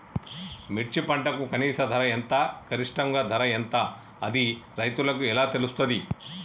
మిర్చి పంటకు కనీస ధర ఎంత గరిష్టంగా ధర ఎంత అది రైతులకు ఎలా తెలుస్తది?